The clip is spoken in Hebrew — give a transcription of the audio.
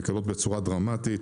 מקלות בצורה דרמטית,